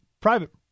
private